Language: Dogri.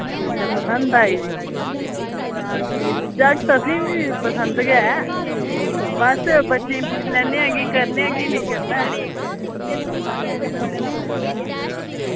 अच्छा अच्छा पसंद आई दी तां ठीक ऐ जागत असेंगी बी पसंद गै बस बच्चें गी पुच्छी लैने आं कि करना जां नेईं करना ऐ